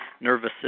nervous